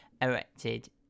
erected